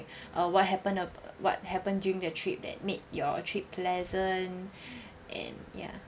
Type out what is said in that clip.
uh what happened uh what happened during the trip that made your trip pleasant and ya